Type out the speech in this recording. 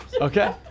Okay